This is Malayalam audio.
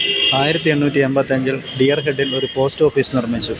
ആയിരത്തി എണ്ണൂറ്റി എമ്പത്തഞ്ചിൽ ഡിയർഹെഡിൽ ഒരു പോസ്റ്റ് ഓഫീസ് നിർമ്മിച്ചു